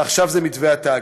ועכשיו זה מתווה התאגיד.